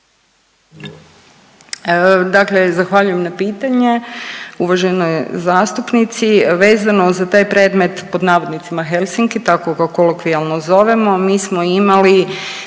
Dakle, zahvaljujem na pitanje uvaženoj zastupnici. Vezano za taj predmet „Helsinki“ tako ga kolokvijalno zovemo, mi smo imali